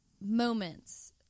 moments